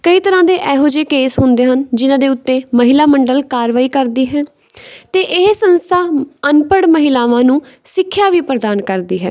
ਕਈ ਤਰ੍ਹਾਂ ਦੇ ਇਹੋ ਜਿਹੇ ਕੇਸ ਹੁੰਦੇ ਹਨ ਜਿਨ੍ਹਾਂ ਦੇ ਉੱਤੇ ਮਹਿਲਾ ਮੰਡਲ ਕਾਰਵਾਈ ਕਰਦੀ ਹੈ ਅਤੇ ਇਹ ਸੰਸਥਾ ਅਨਪੜ੍ਹ ਮਹਿਲਾਵਾਂ ਨੂੰ ਸਿੱਖਿਆ ਵੀ ਪ੍ਰਦਾਨ ਕਰਦੀ ਹੈ